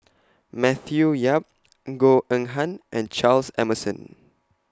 Matthew Yap Goh Eng Han and Charles Emmerson